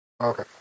Okay